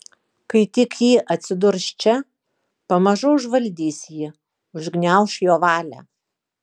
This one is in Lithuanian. kai tik ji atsidurs čia pamažu užvaldys jį užgniauš jo valią